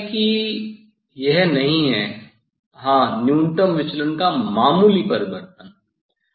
मुझे लगता है कि यह नहीं है हाँ न्यूनतम विचलन का मामूली परिवर्तन